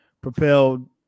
propelled